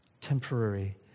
temporary